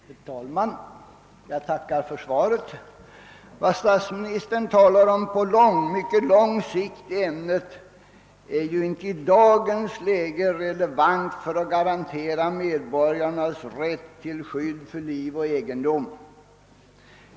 Herr talman! Jag ber att få tacka för svaret på min interpellation. De åtgärder på mycket lång sikt som statsministern talar om i detta sammanhang är ju i dagens läge inte relevanta när det gäller att garantera medborgarnas rätt till skydd för liv och egendom.